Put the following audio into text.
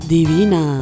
Divina